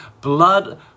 blood